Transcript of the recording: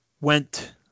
went